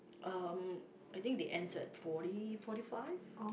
uh I think it ends at forty forty five